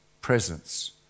presence